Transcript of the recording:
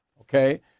okay